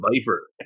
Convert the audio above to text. viper